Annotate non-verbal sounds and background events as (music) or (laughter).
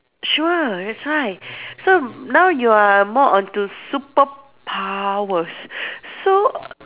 sure that's why so now you are more on to superpowers so (noise)